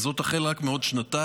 וזאת רק החל מעוד שנתיים,